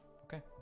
Okay